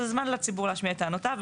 זהו זמן, עבור הציבור, להשמיע את טענותיו.